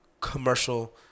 commercial